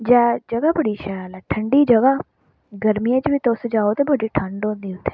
जै जगह् बड़ी शैल ऐ ठंडी जगह् गरमियें च बी तुस जाओ ते बड़ी ठंड होंदी उत्थें